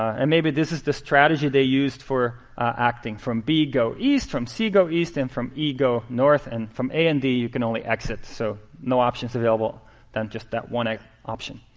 and maybe this is the strategy they used for acting from b, go east. from c, go east. and from e, go north. and from a and d, you can only exit, so no options available than just that one option.